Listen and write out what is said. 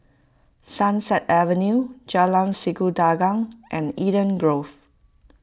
Sunset Avenue Jalan Sikudangan and Eden Grove